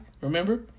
Remember